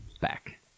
Back